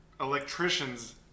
electricians